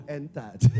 entered